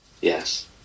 yes